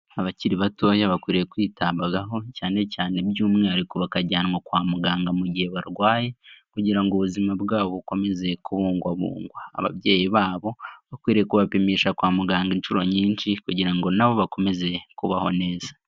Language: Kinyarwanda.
Abakiri batoya bakwiye kwitabwaho cyane cyane by'umwihariko bakajyanwa kwa muganga mu gihe barwaye, kugira ngo ubuzima bwabo bukomeze kubungwabungwa. Ababyeyi babo bakwiriye kubapimisha kwa muganga inshuro nyinshi kugira ngo na bo bakomeze kubaho neza.